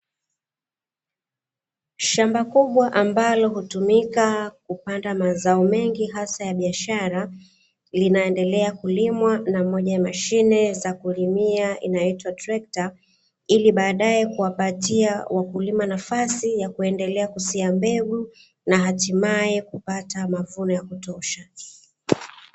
Shamba kubwa linalotumika kupanda mazao mengi hasa ya biashara, linaendelea kulimwa na moja ya mashine za kulimia linaitwa trekta. Ili baadaye kuwapatia wakulima nafasi ya kuendelea kusia mbegu na hatimaye kupata mavuno ya kutosha.